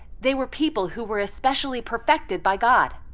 they were people who were especially perfected by god.